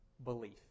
belief